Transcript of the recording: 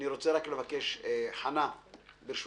אני רוצה לבקש, חנה וינשטוק טירי, ברשותכם,